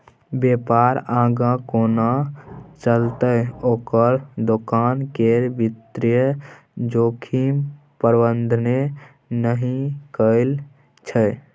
बेपार आगाँ कोना चलतै ओकर दोकान केर वित्तीय जोखिम प्रबंधने नहि कएल छै